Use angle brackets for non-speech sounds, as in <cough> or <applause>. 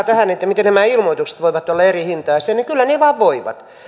<unintelligible> tähän että miten nämä ilmoitukset voivat olla eri hintaisia kyllä ne vain voivat